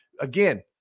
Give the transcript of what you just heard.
again